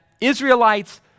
Israelites